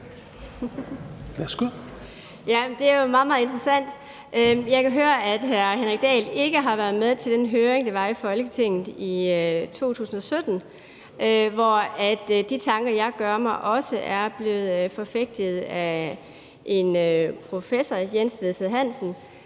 det er jo meget, meget interessant. Jeg kan høre, at hr. Henrik Dahl ikke har været med til den høring, der var i Folketinget i 2017, hvor de tanker, jeg gør mig, også er blevet forfægtet af en professor, Jens Vedsted-Hansen.